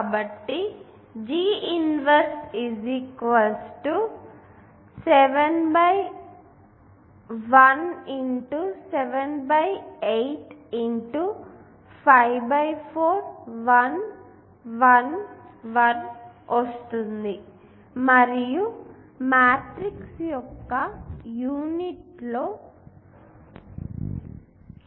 కాబట్టి G 1 matrix 178 54 1 1 1 వస్తుంది మరియు మ్యాట్రిక్స్ యొక్క యూనిట్